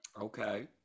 Okay